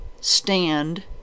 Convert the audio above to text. stand